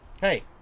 hey